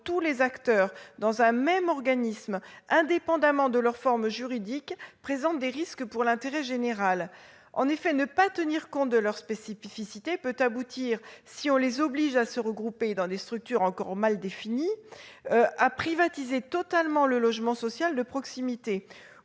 tous les acteurs dans un même organisme indépendamment de leur forme juridique présente des risques pour l'intérêt général. Ne pas tenir compte de leurs spécificités pourrait aboutir, si on les oblige à se regrouper dans des structures encore mal définies, à privatiser totalement le logement social de proximité,